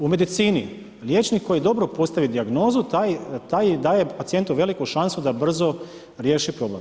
U medicini, liječnik koji dobro postavi dijagnozu, taj daje pacijentu veliku šansu da brzo riješi problem.